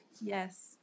Yes